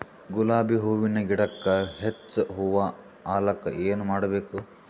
ಗುಲಾಬಿ ಹೂವಿನ ಗಿಡಕ್ಕ ಹೆಚ್ಚ ಹೂವಾ ಆಲಕ ಏನ ಮಾಡಬೇಕು?